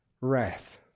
wrath